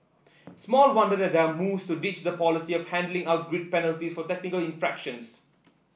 small wonder that there are moves to ditch the policy of handling out grid penalties for technical infractions